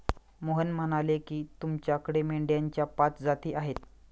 मोहन म्हणाले की, त्याच्याकडे मेंढ्यांच्या पाच जाती आहेत